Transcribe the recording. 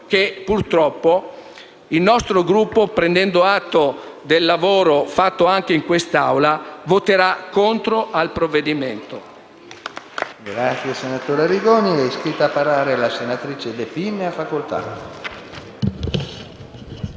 che, purtroppo, il nostro Gruppo, prendendo anche atto del lavoro fatto in questa Assemblea, voterà contro al provvedimento.